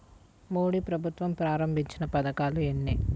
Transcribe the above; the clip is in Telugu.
మోదీ ప్రభుత్వం ప్రారంభించిన పథకాలు ఎన్ని?